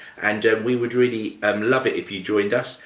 and we would really um love it if you joined us,